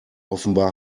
offenbar